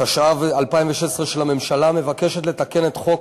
התשע"ו 2016, של הממשלה, מבקשת לתקן את חוק